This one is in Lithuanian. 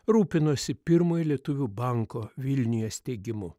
rūpinosi pirmojo lietuvių banko vilniuje steigimu